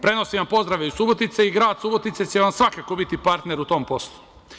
Prenosim vam pozdrave iz Subotice i grad Subotica će vam svakako biti partner u tom poslu.